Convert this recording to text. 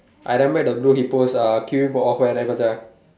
I remember the blue hippos are queuing for offer at right Macha